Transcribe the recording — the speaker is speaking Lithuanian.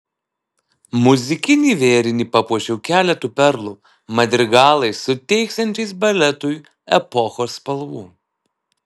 muzikinį vėrinį papuošiau keletu perlų madrigalais suteiksiančiais baletui epochos spalvų